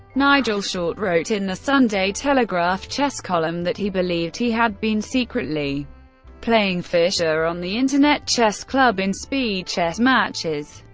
nigel short wrote in the sunday telegraph chess column that he believed he had been secretly playing fischer on the internet chess club in speed chess matches.